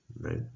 Right